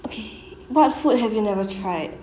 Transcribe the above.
okay what food have you never tried